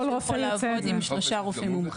לעבוד עם שלושה רופאים מומחים.